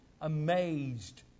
amazed